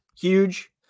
huge